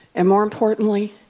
and, more importantly,